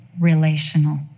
relational